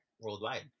worldwide